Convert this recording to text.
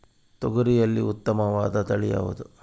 ತೊಗರಿಯಲ್ಲಿ ಉತ್ತಮವಾದ ತಳಿ ಯಾವುದು?